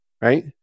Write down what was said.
right